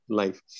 life